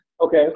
Okay